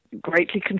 greatly